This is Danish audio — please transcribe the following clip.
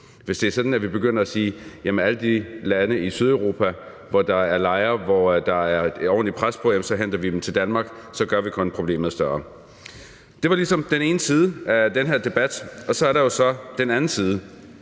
vi henter flygtninge til Danmark fra alle de lande i Sydeuropa, hvor der er lejre, og hvor der er et ordentligt pres på lejrene, så gør vi kun problemet større. Det var ligesom den ene side af den her debat, og så er der jo så den anden side,